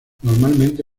normalmente